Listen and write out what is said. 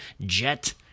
Jet